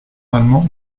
allemand